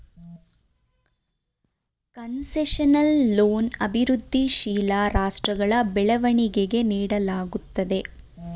concessional loan ಅಭಿವೃದ್ಧಿಶೀಲ ರಾಷ್ಟ್ರಗಳ ಬೆಳವಣಿಗೆಗೆ ನೀಡಲಾಗುತ್ತದೆ